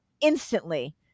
instantly